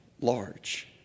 large